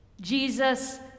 Jesus